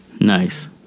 Nice